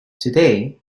today